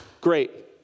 great